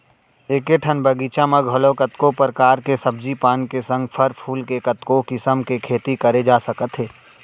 एके ठन बगीचा म घलौ कतको परकार के सब्जी पान के संग फर फूल के कतको किसम के खेती करे जा सकत हे